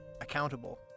accountable